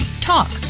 Talk